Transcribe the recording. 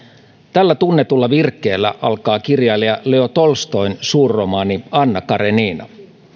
tällä tunnetulla virkkeellä alkaa kirjailija leo tolstoin suurromaani anna karenina